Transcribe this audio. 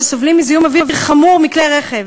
שסובלים מזיהום אוויר חמור מכלי רכב.